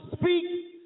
speak